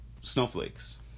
snowflakes